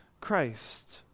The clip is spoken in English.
Christ